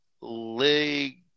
Leg